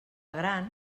gran